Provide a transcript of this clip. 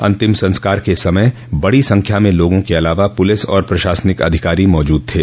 अंतिम संस्कार के समय बड़ी संख्या में लोगों के अलावा पुलिस और प्रशासनिक अधिकारी मौजूद थे